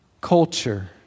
culture